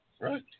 Right